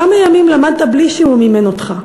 כמה ימים למדת בלי שהוא מימן אותך?